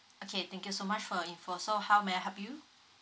okay thank you so much for your info so how may I help you